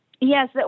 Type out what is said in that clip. Yes